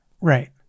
right